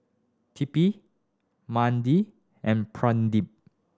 Tipu Mahade and Pradip